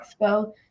Expo